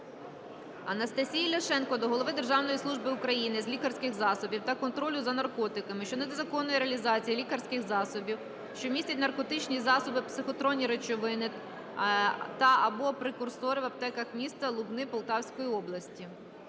Анастасії Ляшенко до голови Державної служби України з лікарських засобів та контролю за наркотиками щодо незаконної реалізації лікарських засобів, що містять наркотичні засоби, психотропні речовини та (або) прекурсори, в аптеках міста Лубни Полтавської області.